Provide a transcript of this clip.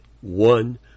one